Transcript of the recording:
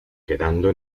quedando